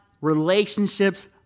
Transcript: relationships